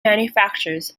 manufactures